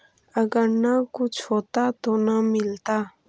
अगर न कुछ होता तो न मिलता?